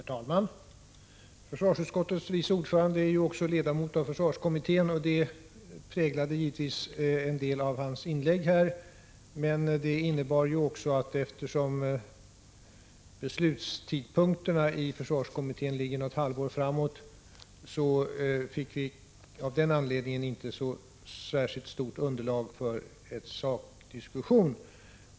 Herr talman! Försvarsutskottets vice ordförande är också ledamot av försvarskommittén, och det präglade naturligtvis en del av hans tillägg. Det innebar också, att eftersom beslutstidpunkterna i försvarskommittén ligger något halvår framåt, fick vi inte särskilt stort underlag för en sakdiskussion.